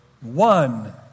One